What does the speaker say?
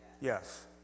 Yes